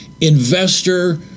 Investor